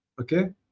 Okay